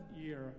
year